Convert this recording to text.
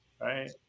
right